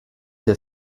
der